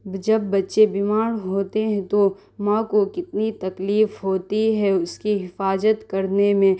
جب بچے بیمار ہوتے ہیں تو ماں کو کتنی تکلیف ہوتی ہے اس کی حفاظت کرنے میں